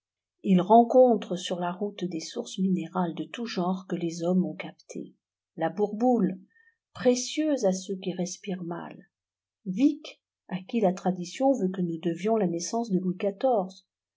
ils rencontrent sur la route des sources minérales de tout genre que les hommes ont captées la bourboule précieuse à ceux qui respirent mal vie à qui la tradition veut que nous devions la naissance de